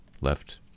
left